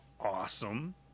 awesome